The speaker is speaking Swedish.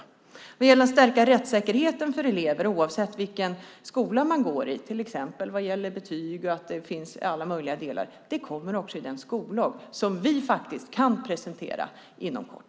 När det gäller att stärka rättssäkerheten, till exempel vad gäller betyg, för elever oavsett vilken skola de går i vill jag säga att det kommer i den skollag som vi kan presentera inom kort.